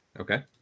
Okay